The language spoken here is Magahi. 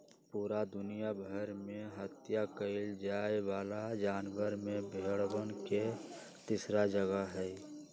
पूरा दुनिया भर में हत्या कइल जाये वाला जानवर में भेंड़वन के तीसरा जगह हई